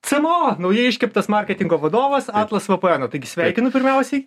cmo naujai iškeptas marketingo vadovas atlas vpno taigi sveikinu pirmiausiai